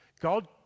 God